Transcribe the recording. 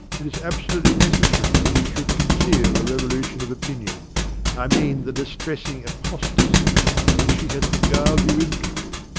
it is absolutely necessary that you should conceal the revolution of opinion i mean the distressing apostasy that she has beguiled you into.